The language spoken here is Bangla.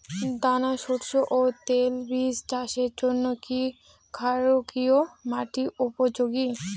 দানাশস্য ও তৈলবীজ চাষের জন্য কি ক্ষারকীয় মাটি উপযোগী?